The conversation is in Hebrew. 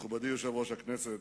מכובדי יושב-ראש הכנסת,